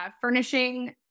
furnishing